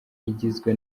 igizwe